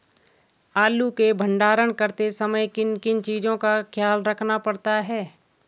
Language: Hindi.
आलू के भंडारण करते समय किन किन चीज़ों का ख्याल रखना पड़ता है?